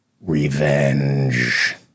revenge